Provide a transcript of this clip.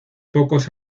pocos